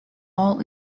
all